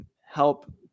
help